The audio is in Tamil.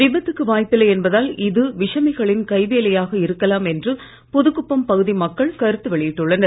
விபத்துக்கு வாய்ப்பில்லை என்பதால் இது விஷமிகளின் கை வேலையாக இருக்கலாம் என்று புதுக்குப்பம் பகுதி மக்கள் கருத்து வெளியிட்டுள்ளனர்